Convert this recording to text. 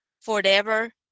forever